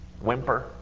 whimper